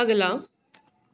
ਅਗਲਾ